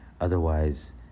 otherwise